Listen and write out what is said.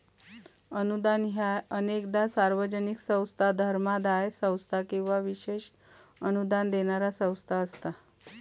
अनुदान ह्या अनेकदा सार्वजनिक संस्था, धर्मादाय संस्था किंवा विशेष अनुदान देणारा संस्था असता